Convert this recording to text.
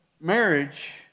marriage